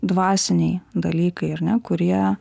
dvasiniai dalykai ar ne kurie